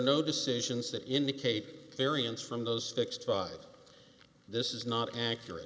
no decisions that indicate a variance from those fixed by this is not accurate